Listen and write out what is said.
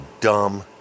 dumb